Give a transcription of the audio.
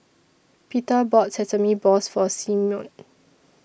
Peter bought Sesame Balls For Simeon